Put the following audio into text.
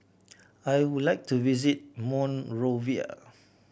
I would like to visit Monrovia